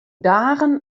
dagen